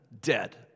dead